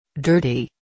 Dirty